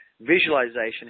Visualization